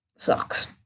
Sucks